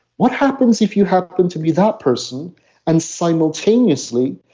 what happens if you happen to be that person and simultaneously,